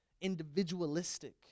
individualistic